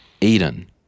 Eden